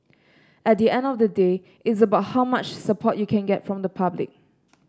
at the end of the day it's about how much support you can get from the public